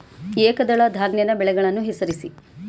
ಏಕದಳ ಧಾನ್ಯದ ಬೆಳೆಗಳನ್ನು ಹೆಸರಿಸಿ?